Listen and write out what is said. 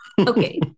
Okay